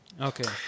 Okay